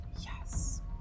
Yes